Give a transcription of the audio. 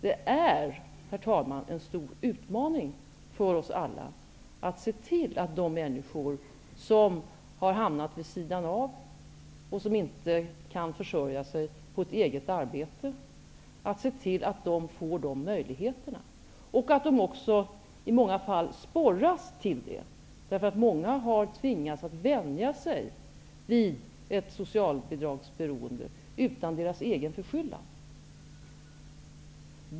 Det är, herr talman, en stor utmaning för oss alla att se till att de människor som har hamnat vid sidan av och som inte kan försörja sig på ett eget arbete får möjlighet och sporras till att försörja sig själva. Många har tvingats att vänja sig vid ett socialbidragsberoende utan egen förskyllan.